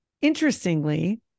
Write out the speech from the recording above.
interestingly